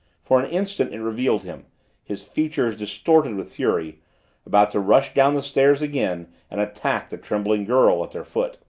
for an instant it revealed him his features distorted with fury about to rush down the stairs again and attack the trembling girl at their foot.